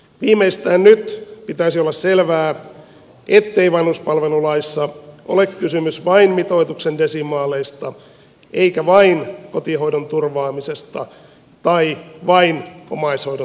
viimeistään nyt pitäisi olla selvää ettei vanhuspalvelulaissa ole kysymys vain mitoituksen desimaaleista eikä vain kotihoidon turvaamisesta tai vain omaishoidon tuesta